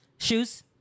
Shoes